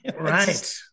Right